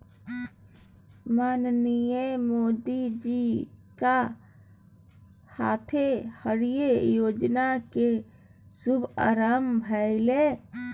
माननीय मोदीजीक हाथे एहि योजना केर शुभारंभ भेलै